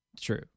True